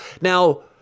Now